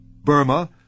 Burma